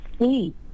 see